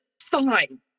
fine